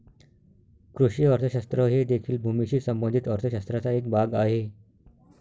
कृषी अर्थशास्त्र हे देखील भूमीशी संबंधित अर्थ शास्त्राचा एक भाग आहे